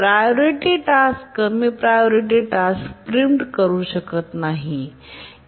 priority task कमी priority task preempt करू शकत नाही